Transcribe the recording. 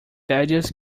various